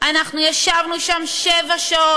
אנחנו ישבנו שם שבע שעות,